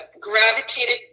gravitated